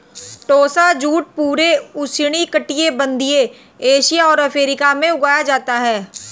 टोसा jute पूरे उष्णकटिबंधीय Asia और अफ्रीका में उगाया जाता है